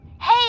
Hey